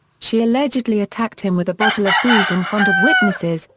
she allegedly attacked him with a bottle of booze in front of witnesses,